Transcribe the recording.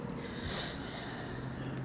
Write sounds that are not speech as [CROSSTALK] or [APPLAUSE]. [BREATH]